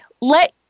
Let